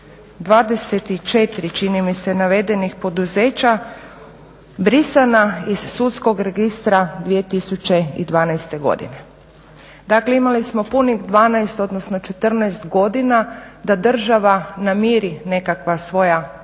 24, čini mi se navedenih poduzeća brisana iz sudskog registra 2012. godine. Dakle imali smo punih 12, odnosno 14 godina da država namiri nekakva svoja potraživanja